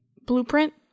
blueprint